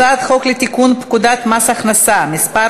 הצעת חוק לתיקון פקודת מס הכנסה (מס'